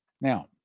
Now